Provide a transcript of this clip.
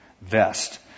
vest